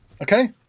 Okay